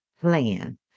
plan